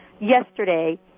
Yesterday